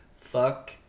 Fuck